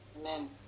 Amen